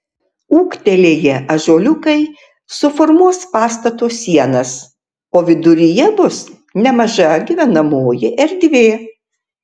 ūgtelėję ąžuoliukai suformuos pastato sienas o viduryje bus nemaža gyvenamoji erdvė